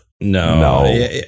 No